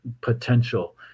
potential